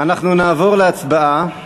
אנחנו נעבור להצבעה.